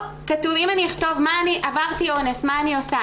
אם אני אכתוב 'עברתי אונס מה אני עושה',